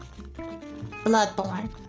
Bloodborne